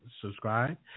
subscribe